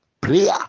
prayer